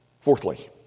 Fourthly